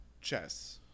chess